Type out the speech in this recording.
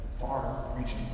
far-reaching